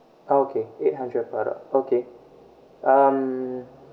okay eight hundred for that okay um